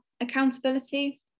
accountability